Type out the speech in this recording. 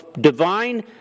divine